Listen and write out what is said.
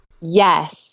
Yes